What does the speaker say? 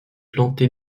planté